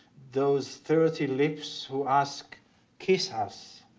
those thirty lips who asked kiss us.